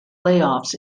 playoffs